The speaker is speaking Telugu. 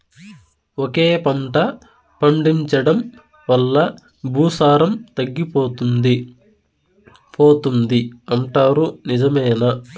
ఒకే పంట పండించడం వల్ల భూసారం తగ్గిపోతుంది పోతుంది అంటారు నిజమేనా